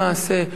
למעשה,